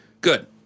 Good